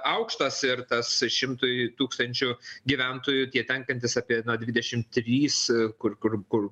aukštas ir tas šimtui tūkstančių gyventojų tie tenkantys apie dvidešim trys kur kur kur